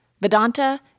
Vedanta